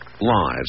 Lives